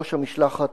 ראש המשלחת,